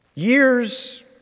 Years